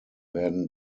werden